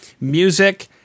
music